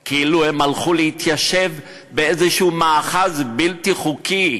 כאילו הם הלכו להתיישב באיזשהו מאחז בלתי חוקי,